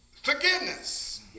Forgiveness